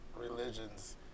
religions